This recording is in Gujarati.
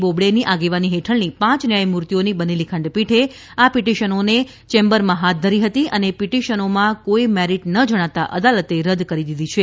બોબડેની આગેવાની હેઠળની પાંચ ન્યાયમૂર્તિઓની બનેલી ખંડપીઠે આ પીટીશનોને ચેમ્બરમાં હાથ ધરી હતી અને પીટીશનોમાં કોઇ મેરિટ ન જણાતા અદાલતે રદ કરી દીધી છે